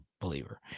believer